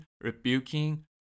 rebuking